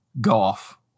Golf